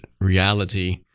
reality